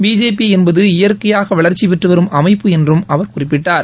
BJP என்பது இயற்கையாக வளர்ச்சி பெற்றுவரும் அமைப்பு என்றும் அவர் குறிப்பிட்டார்